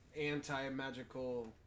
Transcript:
anti-magical